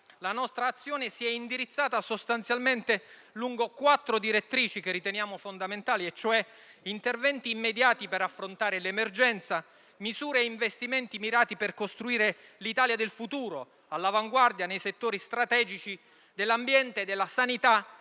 La nostra azione si è indirizzata sostanzialmente lungo quattro direttrici che riteniamo fondamentali, cioè interventi immediati per affrontare l'emergenza, misure e investimenti mirati per costruire l'Italia del futuro, all'avanguardia nei settori strategici dell'ambiente, della sanità,